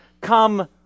come